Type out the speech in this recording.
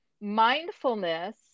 Mindfulness